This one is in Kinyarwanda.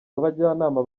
bajyanama